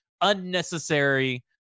unnecessary